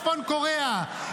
צפון קוריאה.